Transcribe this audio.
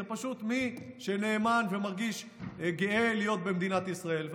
זה פשוט מי שנאמן ומרגיש גאה להיות במדינת ישראל.